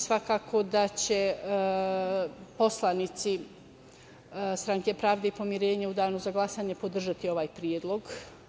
Svakako da će poslanici Stranke pravde i pomirenja u danu za glasanje podržati ovaj predlog.